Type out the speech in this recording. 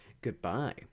Goodbye